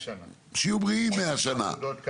שיהיו בריאים עוד מאה שנים.